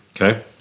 Okay